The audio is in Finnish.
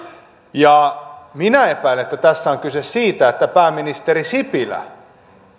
minä epäilen että tässä on kyse siitä että pääministeri sipilä